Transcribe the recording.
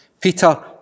Peter